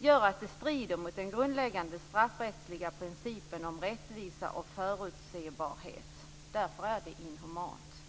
Det strider mot den grundläggande straffrättsliga principen om rättvisa och förutsebarhet att ha straff som inte är tidsbestämda. Därför är det inhumant.